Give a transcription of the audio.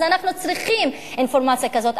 אנחנו צריכים אינפורמציה כזאת,